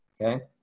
okay